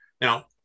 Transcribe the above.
now